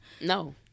No